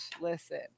Listen